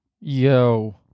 Yo